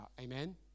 amen